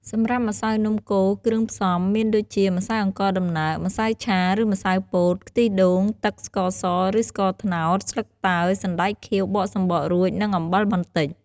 សម្រាប់ម្សៅនំកូរ គ្រឿងផ្សំមានដូចជា ម្សៅអង្ករដំណើប ម្សៅឆាឬម្សៅពោត ខ្ទិះដូង ទឹក ស្ករស ឬស្ករត្នោត ស្លឹកតើយ សណ្តែកខៀវបកសំបករួច និងអំបិលបន្តិច ។